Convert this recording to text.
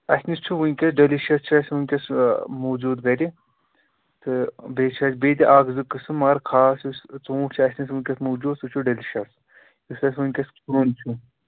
اَسہِ نِش چھُ وُنکیٚس ڈیلشیٚس چھِ وُنکیٚس موجوٗد گرِ تہٕ بیٚیہِ چھِ اسہِ بیٚیہِ تہِ اَکھ زٕ قٔسٕم مگر خاص یُس ژوٗنٛٹھ چھ اَسہِ نِش وُنکیٚس موجوٗد سُہ چُھ ڈیلشیٚس یُس اَسہِ وُنکیٚس